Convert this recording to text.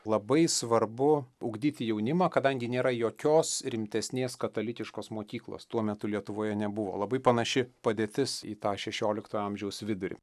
labai svarbu ugdyti jaunimą kadangi nėra jokios rimtesnės katalikiškos mokyklos tuo metu lietuvoje nebuvo labai panaši padėtis į tą šešiolikto amžiaus vidurį